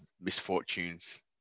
misfortunes